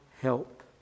help